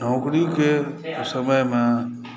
नौकरीक समयमे